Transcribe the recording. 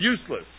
useless